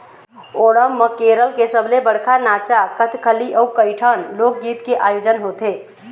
ओणम म केरल के सबले बड़का नाचा कथकली अउ कइठन लोकगीत के आयोजन होथे